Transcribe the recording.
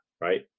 right